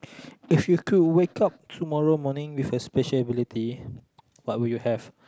if you could wake up tomorrow morning with a special ability what would you have